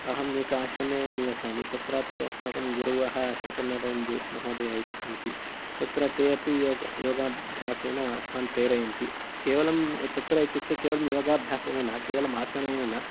एकाश्रमे निवसामि तत्रापि अस्माकं गुरवः शङ्करनारायण जी महोदयः इति सन्ति तत्र ते अपि योग योगाभ्यासेन अस्मान् प्रेरयन्ति केवलं यत् तत्र इत्युक्ते केवलं योगाभ्यासेन न केवलं आसनेन न